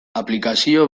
aplikazio